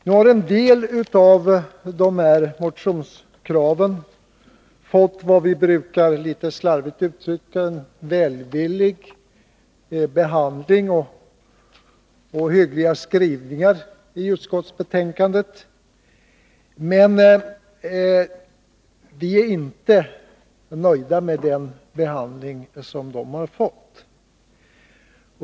Nu har en del av de här motionskraven fått vad vi litet slarvigt uttryckt brukar kalla en välvillig behandling och hyggliga skrivningar i utskottsbetänkandet, men vi är inte nöjda med den behandling de har fått.